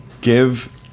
give